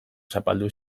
zapaldu